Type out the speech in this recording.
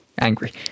angry